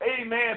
amen